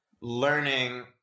learning